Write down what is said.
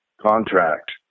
contract